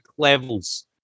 levels